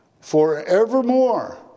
forevermore